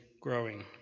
growing